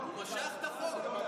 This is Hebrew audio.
הוא משך את החוק.